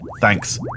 Thanks